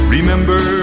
Remember